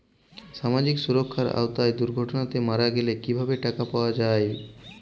সামাজিক সুরক্ষার আওতায় দুর্ঘটনাতে মারা গেলে কিভাবে টাকা পাওয়া যাবে?